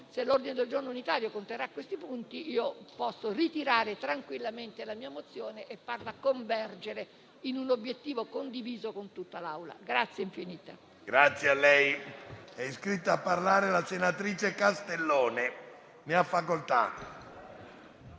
nell'ordine del giorno unitario. Se esso conterrà questi punti, posso ritirare tranquillamente la mia mozione e farla convergere in un obiettivo condiviso con tutta l'Assemblea.